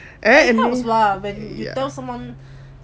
but it helps lah when you tell someone